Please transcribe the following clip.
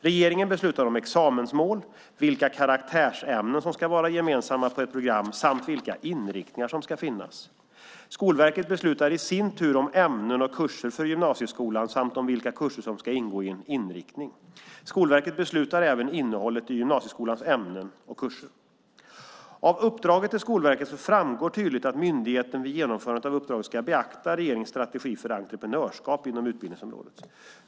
Regeringen beslutar om examensmål, vilka karaktärsämnen som ska vara gemensamma på ett program samt vilka inriktningar som ska finnas. Skolverket beslutar i sin tur om ämnen och kurser för gymnasieskolan samt om vilka kurser som ska ingå i en inriktning. Skolverket beslutar även om innehållet i gymnasieskolans ämnen och kurser. Av uppdraget till Skolverket framgår det tydligt att myndigheten vid genomförandet av uppdraget ska beakta regeringens strategi för entreprenörskap inom utbildningsområdet.